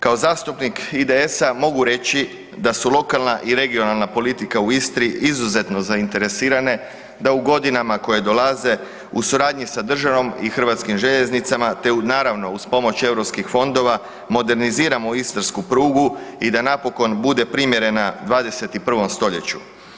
Kao zastupnik IDS-a, mogu reći da su lokalna i regionalna politika u Istri izuzetno zainteresirane, da u godinama koje dolaze u suradnji sa državom i HŽ-om te naravno, uz pomoć europskih fondova, moderniziramo istarsku prugu i da napokon bude primjerena 21. stoljeću.